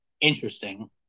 Interesting